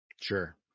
sure